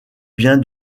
bien